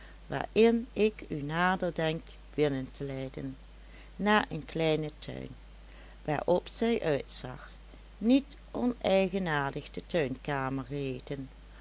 waarin ik u nader denk binnen te leiden naar een kleinen tuin waarop zij uitzag niet oneigenaardig de